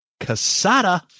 Casada